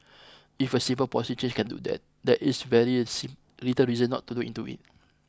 if a simple policy change can do that there is very little reason not to look into it